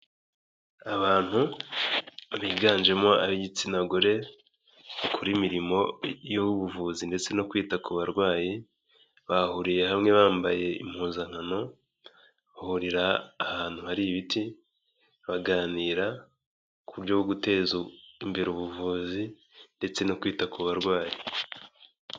Abantu biganjemo ab'igitsina gore, bakora imirimo y'ubuvuzi ndetse no kwita ku barwayi, bahuriye hamwe bambaye impuzankano, bahurira ahantu hari ibiti, baganira ku byo guteza imbere ubuvuzi ndetse no kwita ku barwayi.